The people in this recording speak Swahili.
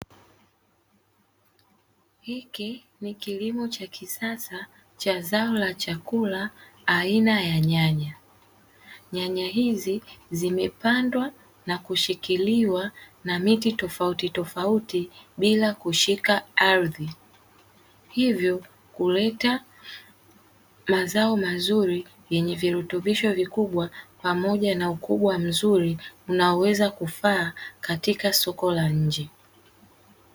Hiki ni kilimo cha kisasa cha zao la chakula aina ya nyanya. Nyanya hizi zimepandwa na kushikiliwa na miti tofautitofauti bila kushika ardhi, hivyo kuleta mazao mazuri yenye virutubisho vikubwa pamoja na ukubwa mzuri unaoweza kufaa katika soko la nje.